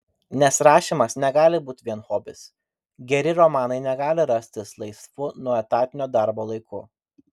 nes rašymas negali būti vien hobis geri romanai negali rastis laisvu nuo etatinio darbo laiku